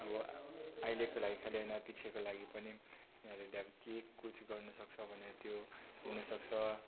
अब अहिलेको लागि खालि होइन पछिको लागि पनि उनीहरूले अब के कुछ गर्नुसक्छ भने त्यो हुनसक्छ